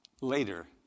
later